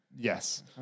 Yes